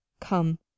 Come